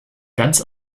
ganz